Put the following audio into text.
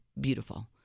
beautiful